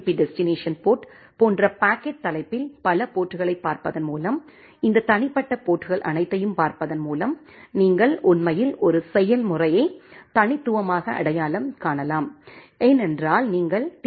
B destination port போன்ற packet தலைப்பில் பல போர்ட்களைப் பார்ப்பதன் மூலம் இந்த தனிப்பட்ட போர்ட்கள் அனைத்தையும் பார்ப்பதன் மூலம் நீங்கள் உண்மையில் ஒரு செயல்முறையை தனித்துவமாக அடையாளம் காணலாம் ஏனென்றால் நீங்கள் டீ